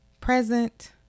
Present